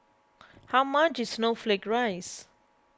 how much is Snowflake Ice